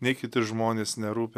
nei kiti žmonės nerūpi